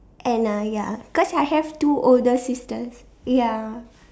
Anna ya because I have two older sisters ya